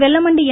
Vellamandi என்